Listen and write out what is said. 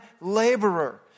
laborer